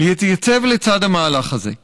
להתייצב לצד המהלך הזה.